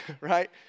right